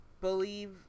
believe